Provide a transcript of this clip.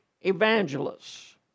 evangelists